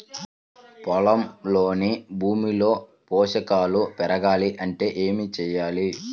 పొలంలోని భూమిలో పోషకాలు పెరగాలి అంటే ఏం చేయాలి?